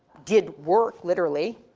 did work literally,